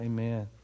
Amen